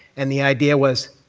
and the idea was,